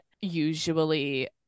usually